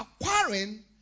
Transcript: acquiring